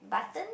button